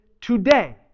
today